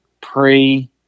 pre-